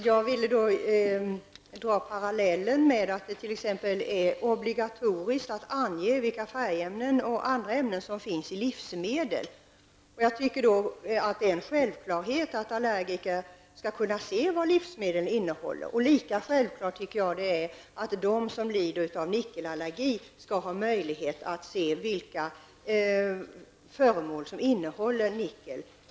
Herr talman! Jag vill dra parallellen med att det t.ex. är obligatoriskt att ange vilka färgämnen och andra ämnen som finns i livsmedel. Jag tycker att det är en självklarhet att allergiker skall kunna se vad livsmedlen innehåller. Lika självklart tycker jag att det är att de som lider av nickelallergi skall ha möjlighet att se vilka föremål som innehåller nickel.